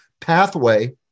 pathway